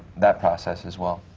that process, as well.